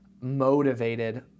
motivated